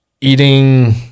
Eating